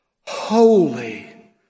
holy